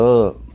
up